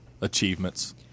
achievements